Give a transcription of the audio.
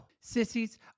Sissies